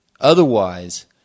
Otherwise